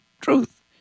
truth